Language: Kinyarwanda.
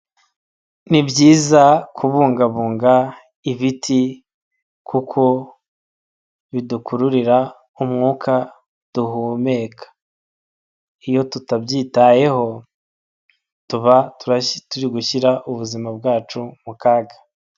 Nibyiza kubungabunga ibiti, kuko bidukururira umwuka duhumeka. Iyo tutabyitayeho tuba turi gushyira ubuzima bwacu mu kaga.